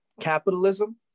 Capitalism